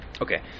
okay